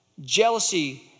Jealousy